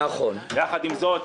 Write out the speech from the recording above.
יחד עם זאת,